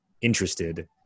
interested